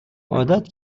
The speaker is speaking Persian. عادت